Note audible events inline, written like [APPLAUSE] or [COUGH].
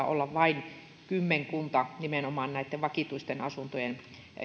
[UNINTELLIGIBLE] olla vain kymmenkunta nimenomaan näitten vakituisten asuntojen